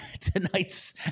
tonight's